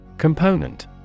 Component